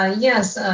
ah yes,